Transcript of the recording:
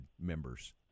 members